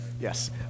Yes